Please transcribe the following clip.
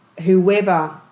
whoever